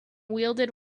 wielded